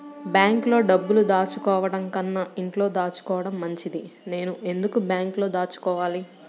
బ్యాంక్లో డబ్బులు దాచుకోవటంకన్నా ఇంట్లో దాచుకోవటం మంచిది నేను ఎందుకు బ్యాంక్లో దాచుకోవాలి?